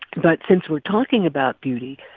but since we're talking about beauty,